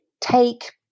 take